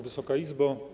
Wysoka Izbo!